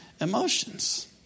emotions